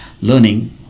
Learning